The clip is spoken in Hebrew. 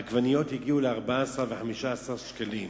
עגבניות הגיעו ל-14 ו-15 שקלים.